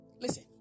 Listen